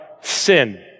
sin